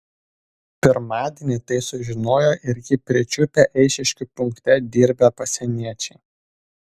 pirmadienį tai sužinojo ir jį pričiupę eišiškių punkte dirbę pasieniečiai